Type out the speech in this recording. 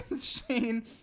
shane